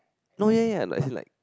no ya ya like as in like